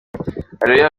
areruya